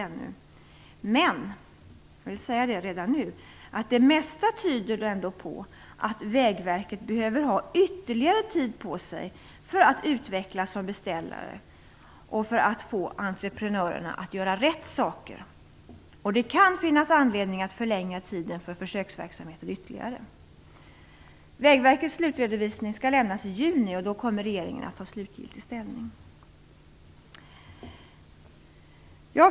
Men, och det vill jag säga redan nu, det mesta tyder ändå på att Vägverket behöver ha ytterligare tid på sig för att utvecklas som beställare och för att få entreprenörerna att göra rätt saker. Det kan finnas anledning att ytterligare förlänga tiden för försöksverksamheten. Vägverkets slutredovisning skall lämnas i juni, och då kommer regeringen att ta slutgiltig ställning.